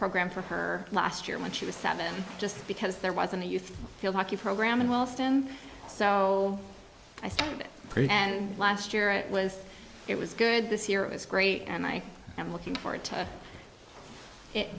program for her last year when she was seven just because there wasn't a youth field hockey program in wellston so i said and last year it was it was good this year it was great and i am looking forward to